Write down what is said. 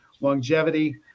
longevity